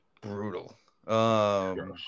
brutal